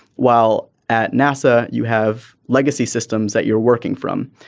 while at nasa you have legacy systems that you're working from.